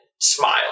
smile